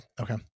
Okay